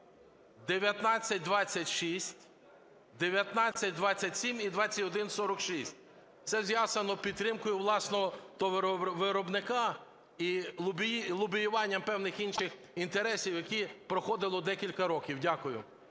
1926, 1927 і 2146. Це зв'язано з підтримкою власного виробника і лобіюванням певних інших інтересів, яке проходило декілька років. Дякую.